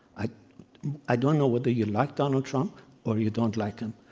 i i don't know whether you like donald trump or you don't like him.